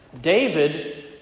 David